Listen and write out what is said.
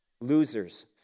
losers